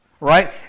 right